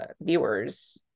viewers